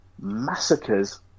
massacres